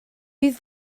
bydd